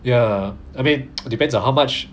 ya I mean depends on how much